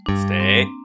stay